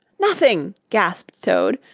nothing! gasped toad,